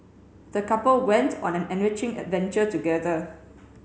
the couple went on an enriching adventure together